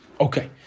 Okay